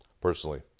personally